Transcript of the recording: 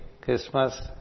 Christmas